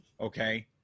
Okay